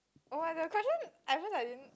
!wah! the question at first I didn't